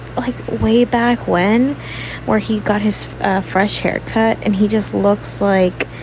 like way back when where he got his fresh haircut. and he just looks like,